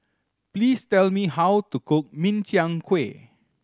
please tell me how to cook Min Chiang Kueh